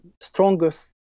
strongest